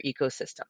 ecosystem